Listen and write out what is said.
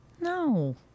No